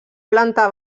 planta